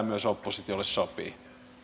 myös oppositiolle sopii